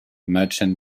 merchant